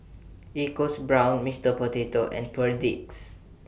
EcoBrown's Mister Potato and Perdix